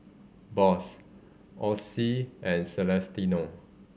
Boss Osie and Celestino